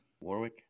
Warwick